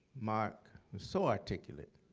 mark was so articulate.